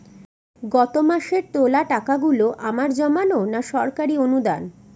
গত মাসের তোলা টাকাগুলো আমার জমানো না সরকারি অনুদান?